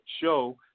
show